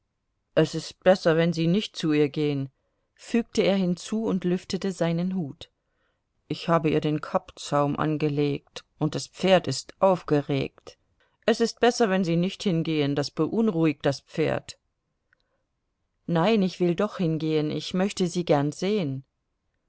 es ist besser wenn sie nicht zu ihr gehen fügte er hinzu und lüftete seinen hut ich habe ihr den kappzaum angelegt und das pferd ist aufgeregt es ist besser wenn sie nicht hingehen das beunruhigt das pferd nein ich will doch hingehen ich möchte sie gern sehen